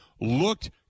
looked